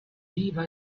viva